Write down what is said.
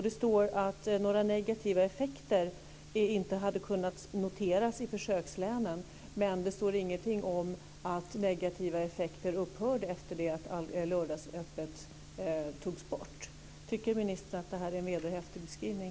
Det står också att några negativa effekter inte hade kunnat noteras i försökslänen - men det står ingenting om att negativa effekter upphörde efter det att lördagsöppet togs bort. Tycker ministern att det här är en vederhäftig beskrivning?